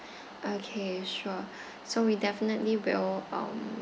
okay sure so we definitely will um